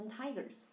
tigers